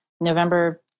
November